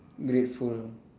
grateful